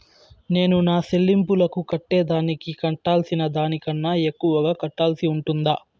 నేను నా సెల్లింపులకు కట్టేదానికి కట్టాల్సిన దానికన్నా ఎక్కువగా కట్టాల్సి ఉంటుందా?